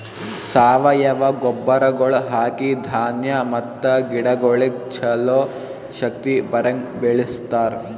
ಸಾವಯವ ಗೊಬ್ಬರಗೊಳ್ ಹಾಕಿ ಧಾನ್ಯ ಮತ್ತ ಗಿಡಗೊಳಿಗ್ ಛಲೋ ಶಕ್ತಿ ಬರಂಗ್ ಬೆಳಿಸ್ತಾರ್